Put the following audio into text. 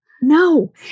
No